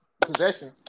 possession